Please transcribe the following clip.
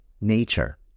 nature